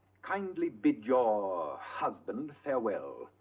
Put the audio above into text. kindly bid your husband farewell.